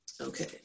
Okay